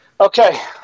Okay